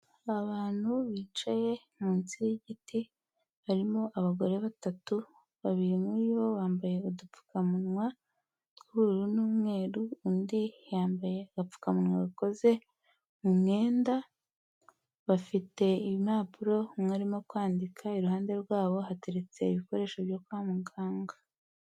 Abantu bicaye munsi y'igiti, harimo abagore batatu, babiri muri bo bambaye udupfukamunwa tw'ubururu n'umweru, undi yambaye agapfukamunwa gakoze mu mwenda, bafite impapuro, umwe arimo kwandika, iruhande rwabo hateretse ibikoresho byo kwa muganga.